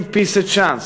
Give peace a chance,